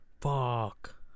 Fuck